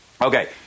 Okay